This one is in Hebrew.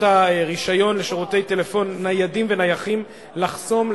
הרשיון לשירותי טלפון ניידים ונייחים לחסום,